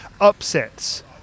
Upsets